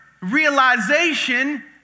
realization